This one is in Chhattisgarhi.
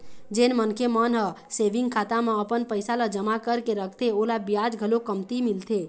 जेन मनखे मन ह सेविंग खाता म अपन पइसा ल जमा करके रखथे ओला बियाज घलोक कमती मिलथे